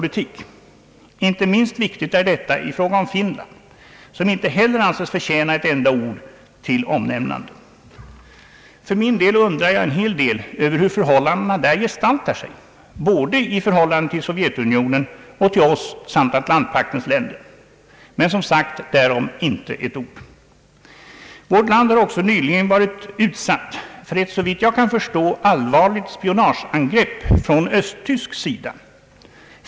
Inte minst viktigt är detta i fråga om Finland som inte heller anses förtjäna ett enda ord till omnämnande. För min del undrar jag en hel del över hur förhållandena där gestaltar sig både gentemot Sovjetunionen och till oss samt Atlantpaktens länder — men som sagt därom inte ett ord. Vårt land har nyligen utsatts för ett, såvitt jag kan förstå, allvarligt spionageangrepp från östtysk sida.